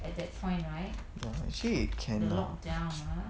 ya actually it cannot